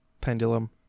pendulum